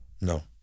No